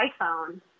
iPhone